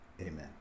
Amen